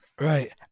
Right